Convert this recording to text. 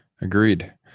agreed